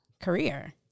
career